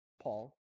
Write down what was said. Paul